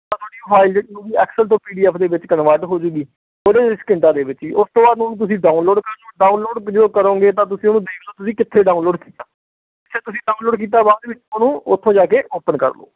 ਤਾਂ ਤੁਹਾਡੀ ਉਹ ਫਾਈਲ ਜਿਹੜੀ ਹੋਊਗੀ ਐਕਸਲ ਤੋਂ ਪੀ ਡੀ ਐਫ ਦੇ ਵਿੱਚ ਕਨਵਰਟ ਹੋ ਜੂਗੀ ਕੁਝ ਹੀ ਸਕਿੰਟਾਂ ਦੇ ਵਿੱਚ ਹੀ ਉਸ ਤੋਂ ਬਾਅਦ ਉਹਨੂੰ ਤੁਸੀਂ ਡਾਊਨਲੋਡ ਕਰ ਲਓ ਡਾਊਨਲੋਡ ਜਦੋਂ ਕਰੋਗੇ ਤਾਂ ਤੁਸੀਂ ਉਹਨੂੰ ਦੇਖ ਲਓ ਤੁਸੀਂ ਕਿੱਥੇ ਡਾਊਨਲੋਡ ਕੀਤਾ ਜਿੱਥੇ ਤੁਸੀਂ ਡਾਊਨਲੋਡ ਕੀਤਾ ਬਾਅਦ ਵਿੱਚ ਉਹਨੂੰ ਉੱਥੋਂ ਜਾ ਕੇ ਓਪਨ ਕਰ ਲਓ